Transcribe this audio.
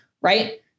right